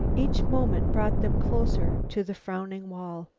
each moment brought them closer to the frowning wall.